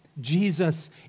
Jesus